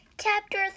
Chapter